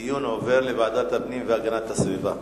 הדיון עובר לוועדת הפנים והגנת הסביבה.